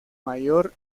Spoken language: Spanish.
mayor